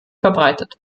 verbreitet